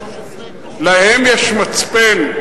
להם יש מצפן.